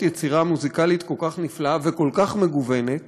יצירה מוזיקלית כל כך מופלאה וכל כך מגוונת,